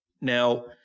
Now